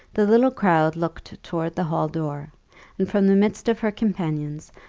the little crowd looked towards the hall door and from the midst of her companions,